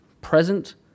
Present